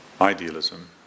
idealism